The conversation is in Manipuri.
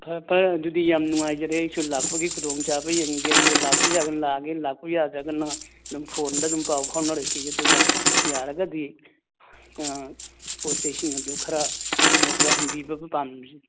ꯐꯔꯦ ꯐꯔꯦ ꯑꯗꯨꯗꯤ ꯌꯥꯝ ꯅꯨꯡꯉꯥꯏꯖꯔꯦ ꯑꯩꯁꯨ ꯂꯥꯛꯄꯒꯤ ꯈꯨꯗꯣꯡꯆꯥꯕ ꯌꯦꯡꯒꯦ ꯑꯗꯨꯒ ꯂꯥꯛꯄ ꯌꯥꯔꯒꯅ ꯂꯥꯛꯑꯒꯦ ꯂꯥꯛꯄ ꯌꯥꯗ꯭ꯔꯒꯅ ꯑꯗꯨꯝ ꯐꯣꯟꯗ ꯑꯗꯨꯝ ꯄꯥꯎ ꯐꯥꯎꯅꯔꯁꯤ ꯑꯗꯨꯒ ꯌꯥꯔꯒꯗꯤ ꯄꯣꯠ ꯆꯩꯁꯤꯡ ꯑꯗꯨ ꯈꯔ ꯑꯅꯧꯕ ꯍꯟꯕꯤꯕ ꯄꯥꯝꯖꯩ